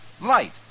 Light